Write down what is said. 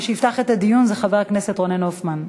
מי שיפתח את הדיון זה חבר הכנסת רונן הופמן.